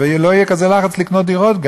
וגם לא יהיה כזה לחץ לקנות דירות.